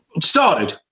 Started